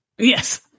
Yes